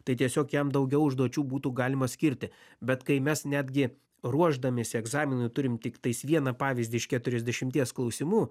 tai tiesiog jam daugiau užduočių būtų galima skirti bet kai mes netgi ruošdamiesi egzaminui turim tiktais vieną pavyzdį iš keturiasdešimties klausimų